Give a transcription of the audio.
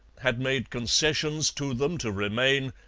had made concessions to them to remain,